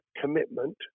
commitment